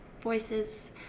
voices